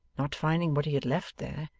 not finding what he had left there,